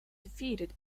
defeated